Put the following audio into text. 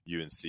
UNC